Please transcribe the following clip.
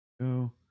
Go